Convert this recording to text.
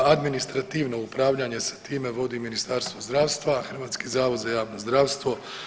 Administrativno upravljanje sa time vodi Ministarstvo zdravstva, Hrvatski zavod za javno zdravstvo.